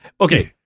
Okay